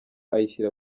ayishyira